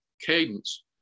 cadence